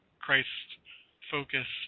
Christ-focused